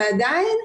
ועדיין,